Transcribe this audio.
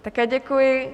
Také děkuji.